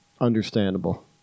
Understandable